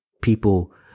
people